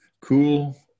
cool